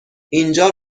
اینجا